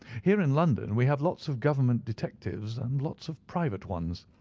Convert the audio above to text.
here in london we have lots of government detectives and lots of private ones.